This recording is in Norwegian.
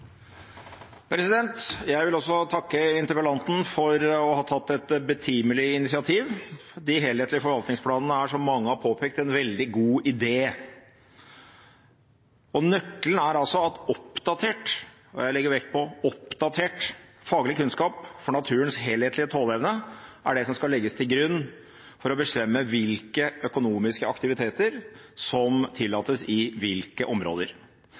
Jeg vil også takke interpellanten for å ha tatt et betimelig initiativ. De helhetlige forvaltningsplanene er, som mange har påpekt, en veldig god idé. Nøkkelen er altså at oppdatert – og jeg legger vekt på «oppdatert» – faglig kunnskap om naturens helhetlige tåleevne er det som skal legges til grunn når en skal bestemme hvilke økonomiske aktiviteter som tillates i